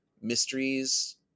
mysteries